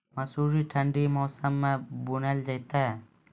मसूर ठंडी मौसम मे बूनल जेतै?